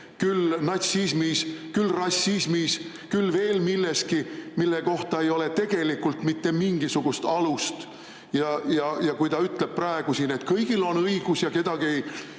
küll natsismis, küll rassismis, küll veel milleski, millel ei ole tegelikult mitte mingisugust alust. Kui ta ütleb praegu siin, et kõigil on õigus ja kedagi ei